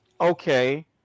Okay